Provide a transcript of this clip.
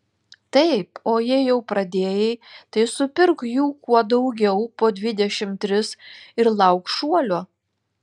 taip o jei jau pradėjai tai supirk jų kuo daugiau po dvidešimt tris ir lauk šuolio